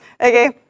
Okay